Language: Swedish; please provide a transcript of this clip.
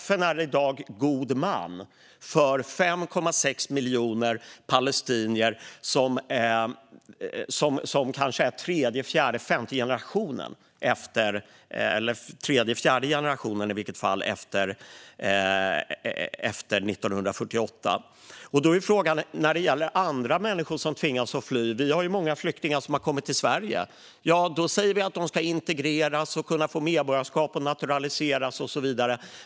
FN är alltså god man för 5,6 miljoner palestinier i kanske tredje och fjärde generationen efter 1948. Vi har ju många flyktingar som har kommit till Sverige, och vi säger att de ska integreras, kunna få medborgarskap och naturaliseras och så vidare.